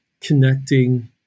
connecting